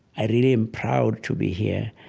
i really am proud to be here.